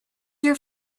your